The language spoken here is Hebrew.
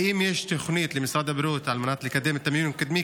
האם יש תוכנית למשרד הבריאות על מנת לקדם את המיון הקדמי?